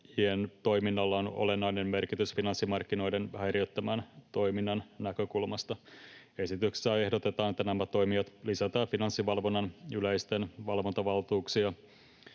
toiminnalla on olennainen merkitys finanssimarkkinoiden häiriöttömän toiminnan näkökulmasta. Esityksessä ehdotetaan, että nämä toimijat lisätään Finanssivalvonnan yleisten valvontavaltuuksia,